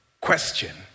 question